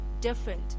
different